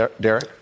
Derek